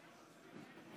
נגד,